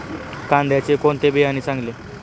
कांद्याचे कोणते बियाणे चांगले?